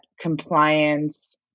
compliance